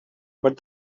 but